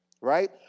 right